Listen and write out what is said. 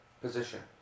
position